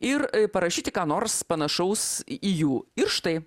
ir parašyti ką nors panašaus į jų ir štai